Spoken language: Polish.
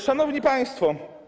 Szanowni Państwo!